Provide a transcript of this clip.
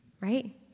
right